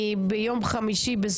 קרעי בגימטריה.